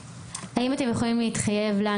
האם אתם יכולים להתחייב לנו,